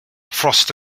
frost